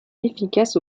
efficaces